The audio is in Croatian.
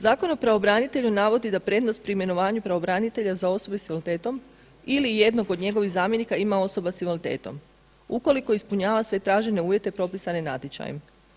Zakon o pravobranitelju navodi da prednost pri imenovanju pravobranitelja za osobe s invaliditetom ili jednog od njegovih zamjenika ima osoba s invaliditetom, ukoliko ispunjava sve tražene uvjete propisane natječajem.